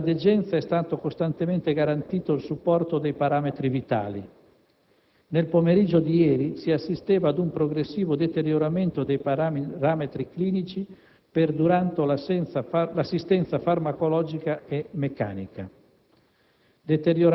Durante la degenza, è stato costantemente garantito il supporto dei parametri vitali; nel pomeriggio di ieri, si assisteva ad un progressivo deterioramento dei parametri clinici, perdurando l'assistenza farmacologica e meccanica;